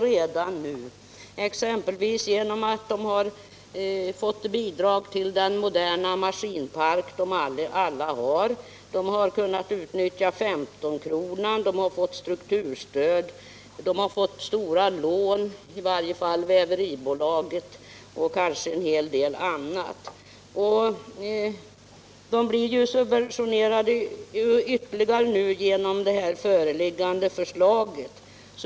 De har exempelvis fått bidrag till den moderna maskinpark de alla har, de har kunnat utnyttja 15-kronan, de har fått strukturstöd, de har, i varje fall Väveribolaget, fått stora lån och kanske en hel del annat. De blir nu ytterligare subventionerade genom det föreliggande förslaget.